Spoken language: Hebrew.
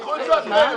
מי נמנע?